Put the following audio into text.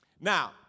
Now